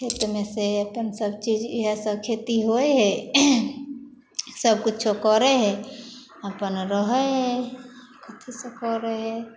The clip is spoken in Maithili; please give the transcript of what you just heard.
खेतमे से अपन सब चीज इएह सब खेती होइ हइ सब किछो करै हइ अपन रहै हइ अथी सब करै हइ